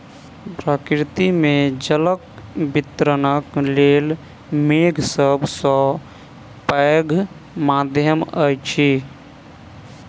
प्रकृति मे जलक वितरणक लेल मेघ सभ सॅ पैघ माध्यम अछि